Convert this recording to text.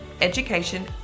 education